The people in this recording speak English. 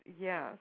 yes